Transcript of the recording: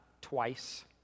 twice